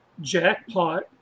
jackpot